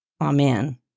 Amen